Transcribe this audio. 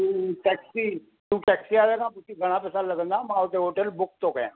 taxi तूं taxi वारे खां पुछु घणा पैसा लॻंदा मां हुते होटल बुक थो कयां